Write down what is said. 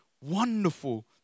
wonderful